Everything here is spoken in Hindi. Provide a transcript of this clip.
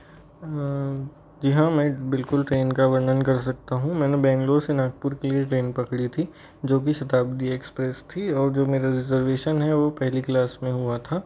जी हाँ मैं बिल्कुल ट्रेन का वर्णन कर सकता हूँ मैंने बेंगलुरु से नागपुर के लिए ट्रेन पकड़ी थी जो की शताब्दी एक्सप्रेस थी और जो मेरा रिजर्वेशन है वह पहली क्लास में हुआ था